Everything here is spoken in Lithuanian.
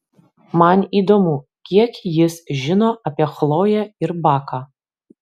man įdomu kiek jis žino apie chloję ir baką